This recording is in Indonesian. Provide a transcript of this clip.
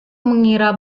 mengira